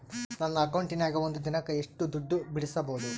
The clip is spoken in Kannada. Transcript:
ನನ್ನ ಅಕೌಂಟಿನ್ಯಾಗ ಒಂದು ದಿನಕ್ಕ ಎಷ್ಟು ದುಡ್ಡು ಬಿಡಿಸಬಹುದು?